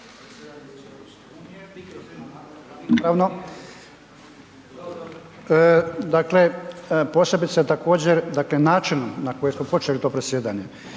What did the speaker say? dakle način na koji smo počeli to predsjedanje.